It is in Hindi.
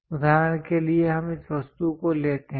उदाहरण के लिए हम इस वस्तु को लेते हैं